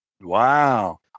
Wow